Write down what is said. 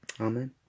Amen